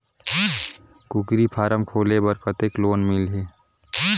कूकरी फारम खोले बर कतेक लोन मिलही?